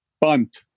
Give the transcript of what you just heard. Bunt